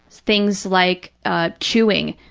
things like ah chewing,